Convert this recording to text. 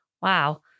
Wow